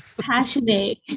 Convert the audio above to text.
passionate